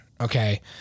Okay